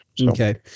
okay